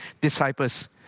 disciples